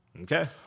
Okay